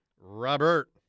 Robert